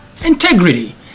Integrity